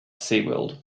seaworld